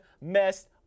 messed